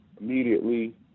immediately